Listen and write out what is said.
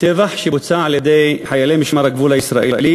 טבח שבוצע על-ידי חיילי משמר הגבול הישראלי